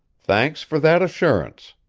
thanks for that assurance,